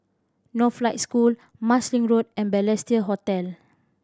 Northlight School Marsiling Road and Balestier Hotel